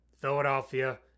Philadelphia